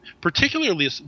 particularly